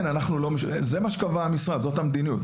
זה מה שהמשרד קבע, זאת המדיניות.